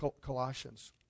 Colossians